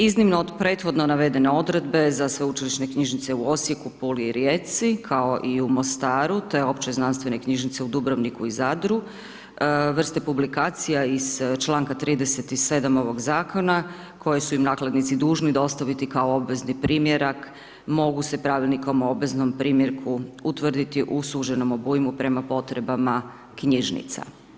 Iznimno od prethodno navedene Odredbe, za Sveučilišne knjižnice u Osijeku, Puli i Rijeci, kao i u Mostaru, te Opće znanstvene knjižnice u Dubrovniku i Zadru, vrste publikacija iz čl. 37. ovog Zakona koji su im nakladnici dužni dostaviti kao obvezni primjerak, mogu se Pravilnikom o obveznom primjerku utvrditi u suženom obujmu prema potrebama knjižnica.